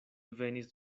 venis